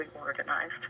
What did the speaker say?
organized